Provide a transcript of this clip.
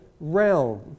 realm